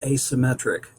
asymmetric